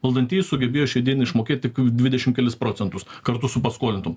valdantieji sugebėjo šiai dien išmokėt tik dvidešim kelis procentus kartu su paskolintom